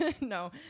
No